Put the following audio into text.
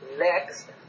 Next